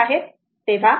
तर RThevenin 0